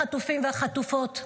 החטופים והחטופות,